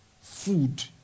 food